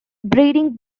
breeding